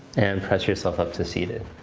and press yourself up to seated.